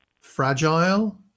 fragile